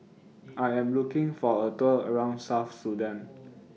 I Am looking For A Tour around South Sudan